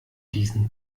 diesen